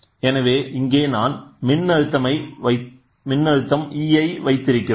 எனவே இங்கே நான் மின்னழுத்தம் ei வைத்திருக்கிறோம்